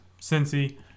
Cincy